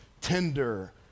tender